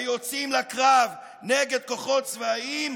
היוצאים לקרב נגד כוחות צבאיים,